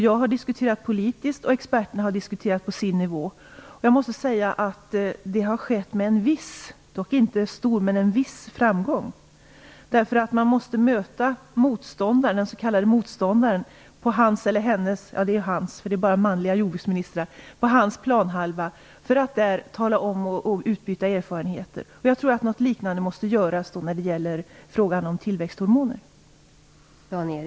Jag har diskuterat politiskt, och experterna har diskuterat på sin nivå, och det har skett med en viss om än inte stor framgång. Man måste möta den s.k. motståndaren på hans eller hennes planhalva för att där redovisa och utbyta erfarenheter - ja, det är fråga om hans planhalva, eftersom det där borta bara finns manliga jordbruksministrar. Jag tror att något liknande måste göras i frågan om tillväxthormoner.